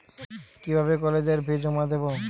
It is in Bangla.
কিভাবে কলেজের ফি জমা দেবো?